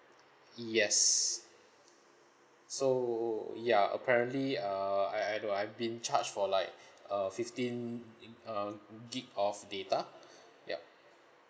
yes so ya apparently uh I I don't I've been charged for like uh fifteen i~ uh gig of data yup